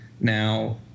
now